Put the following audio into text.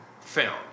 film